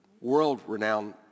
world-renowned